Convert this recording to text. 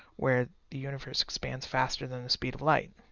where the universe expands faster than the speed of light.